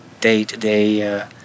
day-to-day